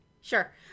Sure